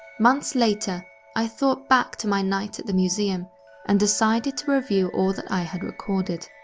months later i thought back to my night at the museum and decided to review all that i had recorded.